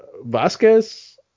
Vasquez